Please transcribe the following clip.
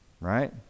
right